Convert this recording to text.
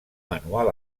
manual